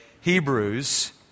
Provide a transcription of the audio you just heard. Hebrews